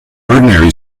ordinary